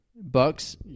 Bucks